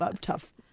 tough